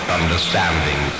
understanding